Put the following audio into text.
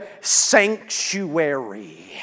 sanctuary